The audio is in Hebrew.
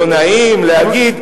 לא נעים להגיד.